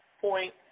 point